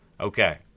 Okay